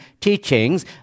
teachings